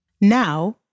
Now